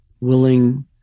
willing